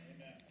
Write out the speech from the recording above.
Amen